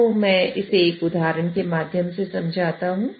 तो मैं इसे एक उदाहरण के माध्यम से समझाता हूं